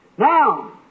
Now